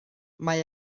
mae